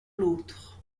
l’autre